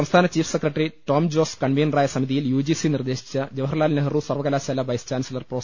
സംസ്ഥാന chief secretary Tom Jose കൺവീനറായ സമിതിയിൽ യു ജിസി നിർദ്ദേശിച്ച ജവർഹർലാൻ നെഹ്റു സർവകലാശാല വൈസ് ചാൻസലർ പ്രൊഫ